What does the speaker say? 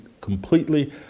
completely –